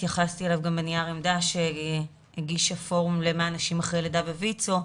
והתייחסתי אליו גם בנייר עמדה שהגיש הפורום למען נשים לאחר לידה בוויצו,